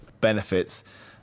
benefits